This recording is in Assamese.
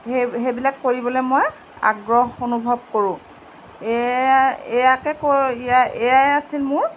সেই সেইবিলাক কৰিবলৈ মই আগ্ৰহ অনুভৱ কৰোঁ এয়াকে কৈ এইয়াই আছিল মোৰ